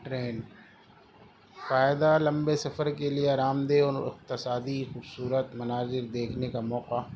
train فائدہ لمبے سفر کے لیے آرام دہ اور اقتصادی خوبصورت مناظر دیکھنے کا موقع